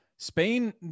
Spain